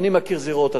אתה מכיר זירות,